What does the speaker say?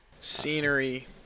scenery